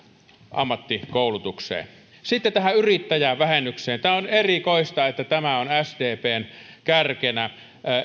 ammattikoulutukseen sitten tähän yrittäjävähennykseen tämä on erikoista että tämä on sdpn kärkenä